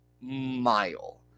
mile